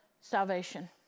salvation